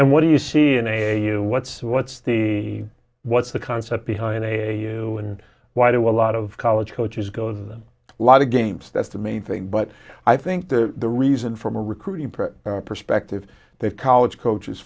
and what do you see in a what's what's the what's the concept behind a and why do a lot of college coaches go on a lot of games that's the main thing but i think the reason from a recruiting pressure perspective that college coaches